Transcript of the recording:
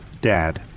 Dad